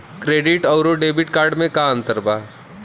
Credit अउरो debit card मे का अन्तर बा?